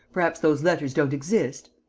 perhaps those letters don't exist?